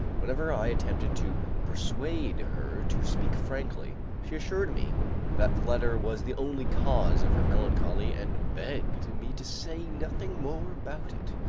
whenever i attempted to persuade her to speak frankly, she assured me that the letter was the only cause of her melancholy and begged me to say nothing more about it.